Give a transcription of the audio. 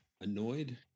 annoyed